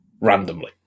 Randomly